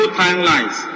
timelines